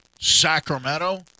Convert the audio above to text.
Sacramento